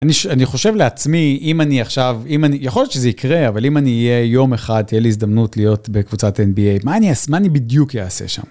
אני חושב לעצמי, אם אני עכשיו, יכול להיות שזה יקרה, אבל אם אני אהיה יום אחד, תהיה לי הזדמנות להיות בקבוצת NBA, מה אני בדיוק אעשה שם?